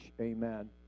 Amen